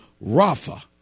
rafa